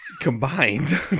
combined